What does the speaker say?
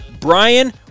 Brian